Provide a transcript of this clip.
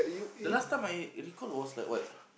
the last time I recall was like what